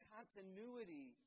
Continuity